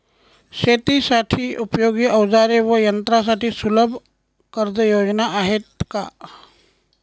शेतीसाठी उपयोगी औजारे व यंत्रासाठी सुलभ कर्जयोजना आहेत का?